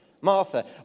Martha